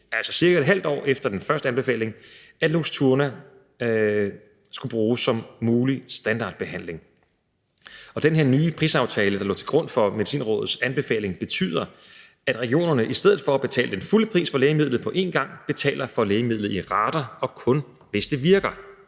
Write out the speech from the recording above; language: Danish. altså cirka et halvt år efter den første anbefaling – at Luxturna skulle bruges som mulig standardbehandling. Og den her nye prisaftale, der lå til grund for Medicinrådets anbefaling, betyder, at regionerne i stedet for at betale den fulde pris for lægemidlet på en gang betaler for lægemidlet i rater og kun, hvis det virker